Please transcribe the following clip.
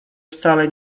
wcale